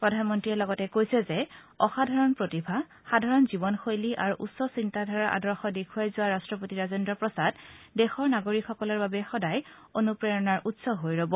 প্ৰধানমন্ত্ৰীয়ে লগতে কৈছে যে অসাধৰণ প্ৰতিভা সাধাৰণ জীৱন শৈলী আৰু উচ্চ চিন্তাধাৰাৰ আদৰ্শ দেখুওৱাই যোৱা ৰাট্টপতি ৰাজেন্দ্ৰ প্ৰসাদ দেশৰ নাগৰিক সকলৰ বাবে সদায় অনুপ্ৰেৰণা উৎস হৈ ৰব